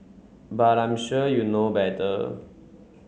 but I'm sure you know better